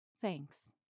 Thanks